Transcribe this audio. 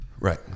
Right